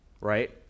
Right